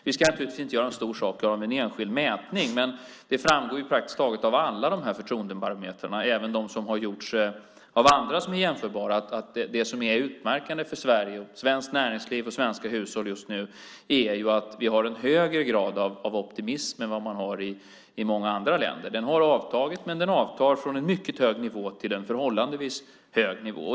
Vi ska naturligtvis inte göra någon stor sak av en enskild mätning, men det framgår av praktiskt taget alla jämförbara förtroendebarometrar, även de som har gjorts av andra, att det som är utmärkande för Sverige, svenskt näringsliv och svenska hushåll just nu är att vi har en högre grad av optimism än man har i många andra länder. Den har avtagit, men den avtar från en mycket hög nivå till en förhållandevis hög nivå.